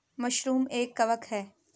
mushroom एक कवक है